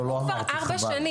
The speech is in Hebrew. עברו כבר ארבע שנים.